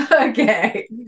Okay